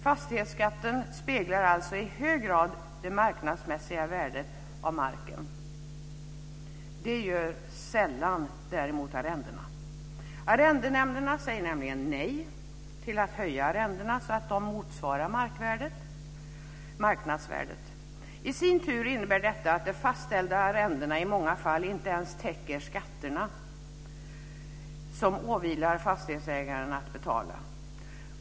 Fastighetsskatten speglar alltså i hög grad det marknadsmässiga värdet av marken. Det gör däremot sällan arrendena. Arrendenämnderna säger nämligen nej till att höja arrendena så att de motsvarar marknadsvärdet. I sin tur innebär detta att de fastställda arrendena i många fall inte ens täcker skatterna, som det åvilar fastighetsägaren att betala.